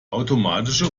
automatische